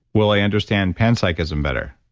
will i understand panpsychism better?